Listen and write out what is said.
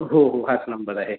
हो हो हाच नंबर आहे